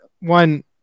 one